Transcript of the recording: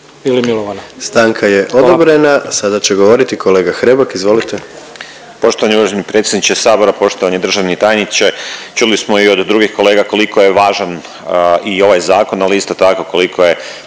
Stanka je odobrena. Sada će govoriti kolega Hrebak, izvolite.